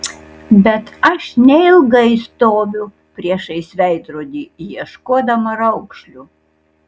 bet aš neilgai stoviu priešais veidrodį ieškodama raukšlių